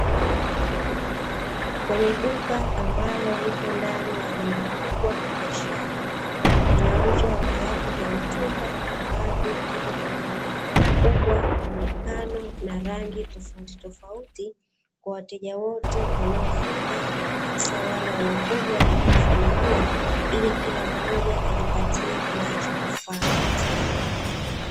Kwenye duka ambalo lipo ndani ya jengo kubwa la biashara linalouza viatu vya mtumba ambavyo vipi kwenye ukubwa, muonekano na rangi tofauti tofauti kwa wateja wote wanaofika hasa wale wanaokuja kama familia ili kila mmoja ajipatie kinachomfaa.